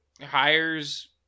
hires